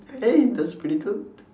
hey that's pretty good